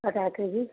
आधा के जी